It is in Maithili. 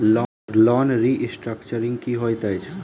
लोन रीस्ट्रक्चरिंग की होइत अछि?